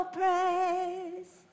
praise